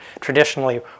traditionally